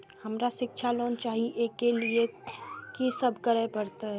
हमरा शिक्षा लोन चाही ऐ के लिए की सब करे परतै?